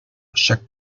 chaque